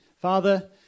Father